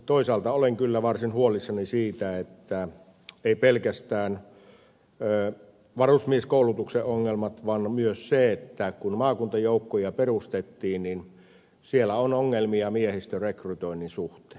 toisaalta olen kyllä varsin huolissani siitä että ei pelkästään varusmieskoulutuksessa ole ongelmia vaan myös kun maakuntajoukkoja perustettiin siellä on ollut ongelmia miehistön rekrytoinnin suhteen